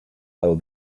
will